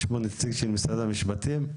יש פה נציג של משרד המשפטים?